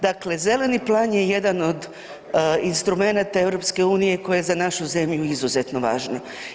Dakle, Zeleni plan je jedan od instrumenata EU koje je za našu zemlju izuzetno važno.